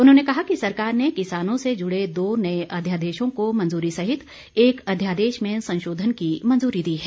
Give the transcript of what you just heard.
उन्होंने कहा कि सरकार ने किसानों से जुड़े दो नए अध्यादेशों को मंजूरी सहित एक अध्यादेश में संशोधन की मंजूरी दी है